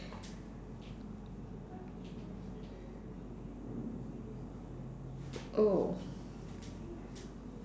oh